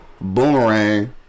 Boomerang